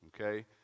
Okay